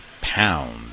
pound